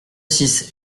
six